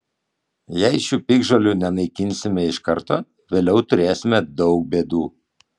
jei šių piktžolių nenaikinsime iš karto vėliau turėsime daug bėdų